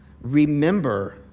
Remember